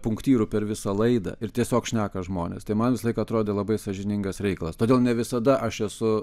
punktyru per visą laidą ir tiesiog šneka žmonės tai man visąlaik atrodė labai sąžiningas reikalas todėl ne visada aš esu